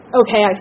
okay